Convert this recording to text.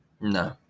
No